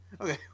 Okay